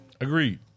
Agreed